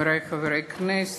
חברי חברי הכנסת,